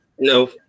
no